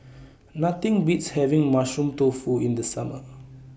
Nothing Beats having Mushroom Tofu in The Summer